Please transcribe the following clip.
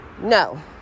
no